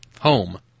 home